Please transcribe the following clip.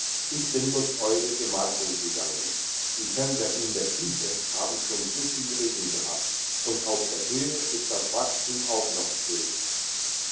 ich bin durch euere gemarkung gegangen die felder in der tiefe haben schon zu viel regen gehabt und auf der höhe ist das wachstum auch noch zurück